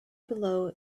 below